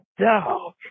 Dog